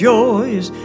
joys